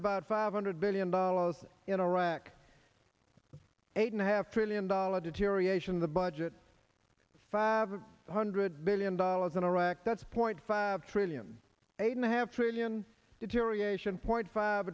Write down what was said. about five hundred billion dollars in iraq eight and a half trillion dollar deterioration in the budget five hundred billion dollars in iraq that's point five trillion eight and a half trillion deterioration point five